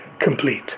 complete